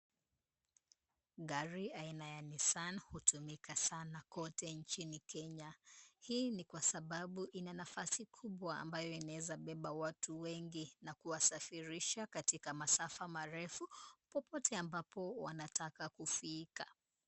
Gari aina ya Nissan hutumika sana kote nchini Kenya. Hii ni kwa sababu ina nafasi kubwa ambayo inaweza beba watu wengi na kuwasafirisha katika masafa marefu popote ambapo wanataka kufika.